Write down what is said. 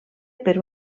per